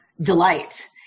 delight